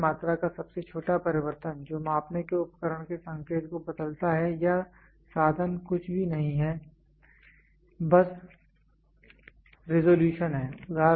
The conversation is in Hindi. मीज़ुरंड मात्रा का सबसे छोटा परिवर्तन जो मापने के उपकरण के संकेत को बदलता है या साधन कुछ भी नहीं है बस रेजोल्यूशन है